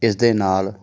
ਇਸ ਦੇ ਨਾਲ